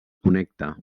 connecta